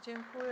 Dziękuję.